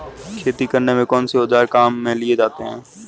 खेती करने में कौनसे औज़ार काम में लिए जाते हैं?